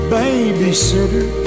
babysitter